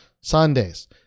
Sundays